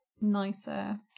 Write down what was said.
nicer